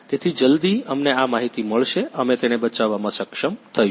તેથી જલદી અમને આ માહિતી મળશે અમે તેને બચાવવામાં સક્ષમ થઈશું